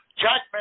judgment